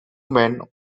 men